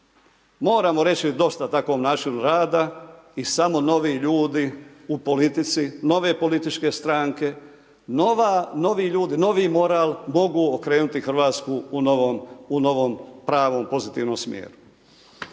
Moramo reći dosta takvom načinu rada i samo novi ljudi u politici, nove političke stranke, novi ljudi, novi moral mogu okrenuti RH u novom pravom pozitivnom smjeru.